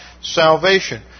salvation